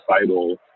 recital